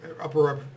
upper